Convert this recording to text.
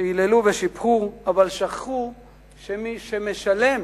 שהיללו ושיבחו, אבל שכחו שמי שמשלם